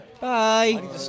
Bye